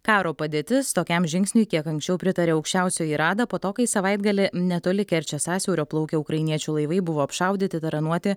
karo padėtis tokiam žingsniui kiek anksčiau pritarė aukščiausioji rada po to kai savaitgalį netoli kerčės sąsiaurio plaukę ukrainiečių laivai buvo apšaudyti taranuoti